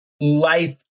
life